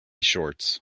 shorts